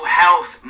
health